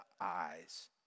eyes